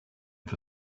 for